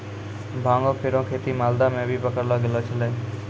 भांगो केरो खेती मालदा म भी पकड़लो गेलो छेलय